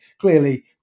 clearly